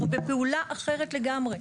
אנחנו בפעולה אחרת לגמרי.